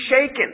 shaken